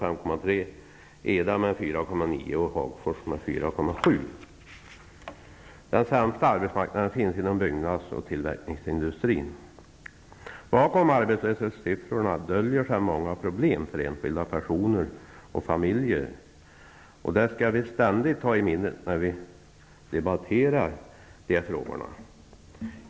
4,9 % och Hagfors med 4,7 %. Den sämsta arbetsmarknaden finns inom byggnads och tillverkningsindustrin. Bakom arbetslöshetssiffrorna döljer sig många problem för enskilda personer och familjer, och det skall vi ständigt ha i minnet när vi debatterar de här frågorna.